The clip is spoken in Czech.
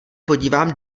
podívám